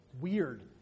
Weird